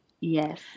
Yes